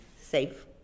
safe